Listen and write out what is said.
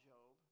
Job